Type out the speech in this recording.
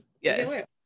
Yes